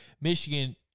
Michigan